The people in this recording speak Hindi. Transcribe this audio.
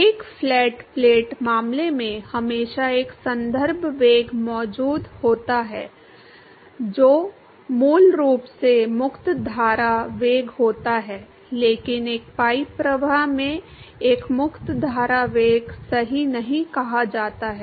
एक फ्लैट प्लेट मामले में हमेशा एक संदर्भ वेग मौजूद होता था जो मूल रूप से मुक्त धारा वेग होता है लेकिन एक पाइप प्रवाह में एक मुक्त धारा वेग सही नहीं कहा जाता है